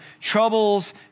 troubles